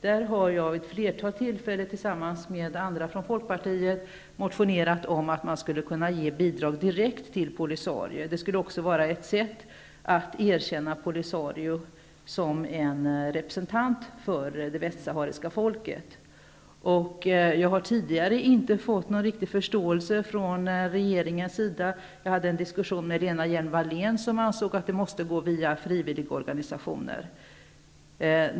Jag har vid ett flertal tillfällen tillsammans med andra folkpartister motionerat om att man skulle kunna ge bidrag direkt till Polisario. Det skulle också vara ett sätt att erkänna Polisario som en representant för det västsahariska folket. Jag har tidigare inte fått någon verklig förståelse från regeringens sida. Jag hade en diskussion med Lena Hjelm-Wallén, som ansåg att biståndet måste gå via frivilligorganisationer.